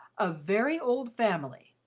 of very old family,